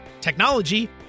technology